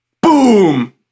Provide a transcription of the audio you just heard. Boom